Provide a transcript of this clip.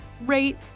rate